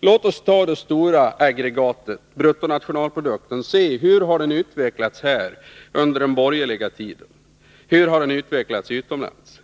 Låt oss ta det stora aggregatet bruttonationalproduk ten och se hur den utvecklats här hemma under den borgerliga tiden och hur den har utvecklats utomlands.